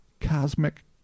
cosmic